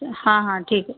हां हां ठीक आहे